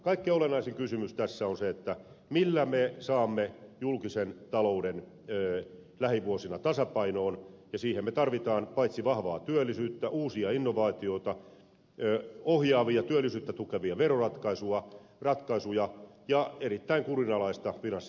kaikkein olennaisin kysymys tässä on se millä me saamme julkisen talouden lähivuosina tasapainoon ja siihen me tarvitsemme paitsi vahvaa työllisyyttä uusia innovaatioita ohjaavia työllisyyttä tukevia veroratkaisuja ja erittäin kurinalaista finanssitalouspolitiikkaa